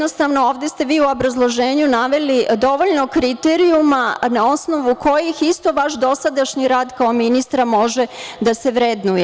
Ovde ste u obrazloženju naveli dovoljno kriterijuma na osnovu kojih isto vaš dosadašnji rad kao ministra može da se vrednuje.